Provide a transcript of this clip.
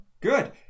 Good